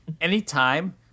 Anytime